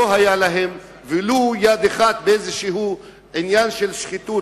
היתה להם ולו יד אחת באיזשהו עניין של שחיתות,